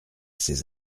ces